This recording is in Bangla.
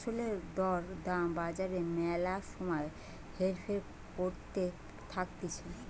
ফসলের দর দাম বাজারে ম্যালা সময় হেরফের করতে থাকতিছে